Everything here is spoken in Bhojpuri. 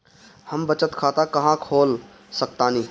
हम बचत खाता कहां खोल सकतानी?